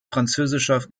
französischer